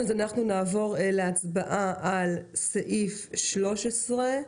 נעבור להצבעה על סעיף 13,